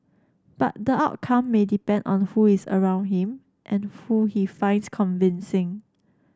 but the outcome may depend on who is around him and who he finds convincing